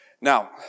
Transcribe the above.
Now